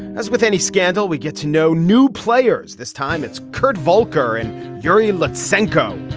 as with any scandal we get to know new players. this time it's kurt volker and uri lutz sancho.